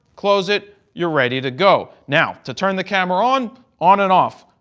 close it. you're ready to go. now, to turn the camera on on and off,